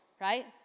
right